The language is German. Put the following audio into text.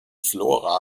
flora